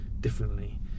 differently